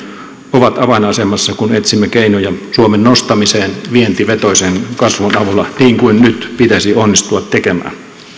ovat avainasemassa kun etsimme keinoja suomen nostamiseen vientivetoisen kasvun avulla niin kuin nyt pitäisi onnistua tekemään